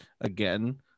again